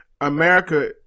America